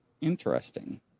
Interesting